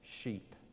sheep